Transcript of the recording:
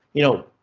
you know,